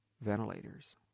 ventilators